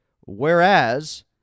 whereas